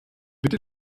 bitte